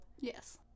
Yes